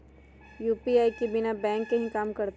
UPI बिना bank के भी कम करतै?